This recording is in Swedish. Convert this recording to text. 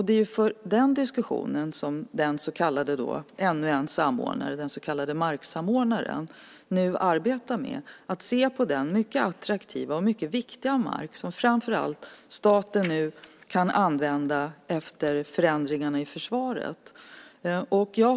Det är den diskussionen som ännu en samordnare, den så kallade marksamordnaren, nu arbetar med. Han ska se på den mycket attraktiva och mycket viktiga mark som framför allt staten nu kan använda efter förändringarna i försvaret.